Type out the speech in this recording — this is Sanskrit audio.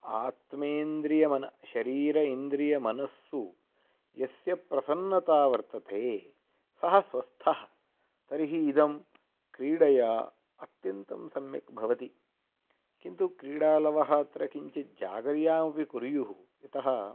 आत्मेन्द्रियमनः शरीरम् इन्द्रियमनस्सु यस्य प्रसन्नता वर्तते सः स्वस्थः तर्हि इदं क्रीडया अत्यन्तं सम्यक् भवति किन्तु क्रीडालवः अत्र किञ्चित् जागर्त्यामपि कुर्युः यतः